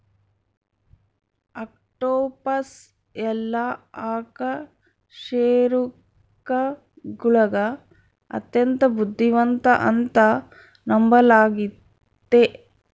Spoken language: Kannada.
ಆಕ್ಟೋಪಸ್ ಎಲ್ಲಾ ಅಕಶೇರುಕಗುಳಗ ಅತ್ಯಂತ ಬುದ್ಧಿವಂತ ಅಂತ ನಂಬಲಾಗಿತೆ